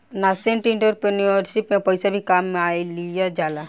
nascent entrepreneurship में पइसा भी कामयिल जाला